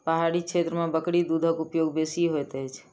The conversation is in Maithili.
पहाड़ी क्षेत्र में बकरी दूधक उपयोग बेसी होइत अछि